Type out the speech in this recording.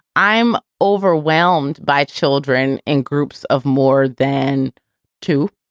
i'm overwhelmed by children in groups of more than two,